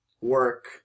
work